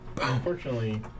Unfortunately